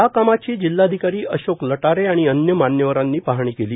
या कामाची जिल्हाधिकारी अशोक लटारे आणि अन्य मान्यवरांनी पाहणी केली